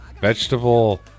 Vegetable